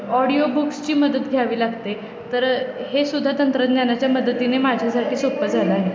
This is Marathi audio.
ऑडिओबुक्सची मदत घ्यावी लागते तर हे सुद्धा तंत्रज्ञानाच्या मदतीने माझ्यासाठी सोपं झालं आहे